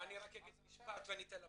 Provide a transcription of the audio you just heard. אני רק אגיד משפט ואני אתן לפרויקטור.